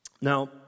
Now